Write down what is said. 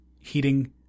heating